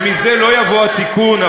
ומזה לא יבוא התיקון,